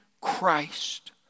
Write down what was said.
Christ